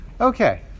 Okay